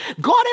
God